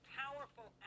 powerful